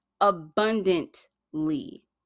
abundantly